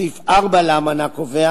סעיף 4 לאמנה קובע